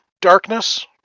darkness